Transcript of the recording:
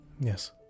Yes